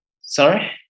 sorry